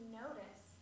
notice